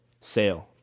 Sale